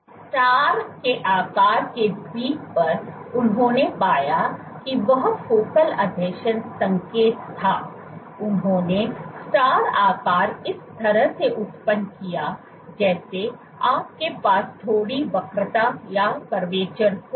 star के आकार के द्वीप पर उन्होंने पाया कि वह फोकल आसंजन संकेत था उन्होंने स्टार आकार इस तरह से उत्पन्न किया जैसे आपके पास थोड़ी वक्रता हो